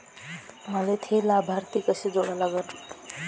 मले थे लाभार्थी कसे जोडा लागन?